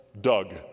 Doug